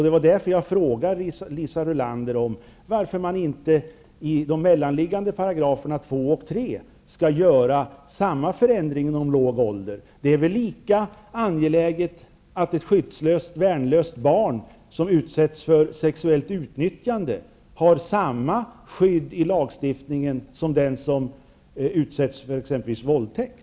Det var därför jag frågade Liisa Rulander varför man inte i de mellanliggande §§ 2 och 3 skall göra samma förändring om låg ålder. Det är väl lika angeläget att ett skyddslöst, värnlöst barn som utsätts för sexuellt utnyttjande har samma skydd i lagstiftningen som det barn som utsätts för exempelvis våldtäkt.